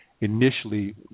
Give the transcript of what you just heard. initially